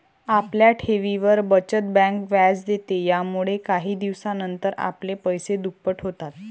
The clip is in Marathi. आपल्या ठेवींवर, बचत बँक व्याज देते, यामुळेच काही दिवसानंतर आपले पैसे दुप्पट होतात